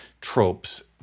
tropes